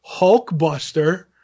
Hulkbuster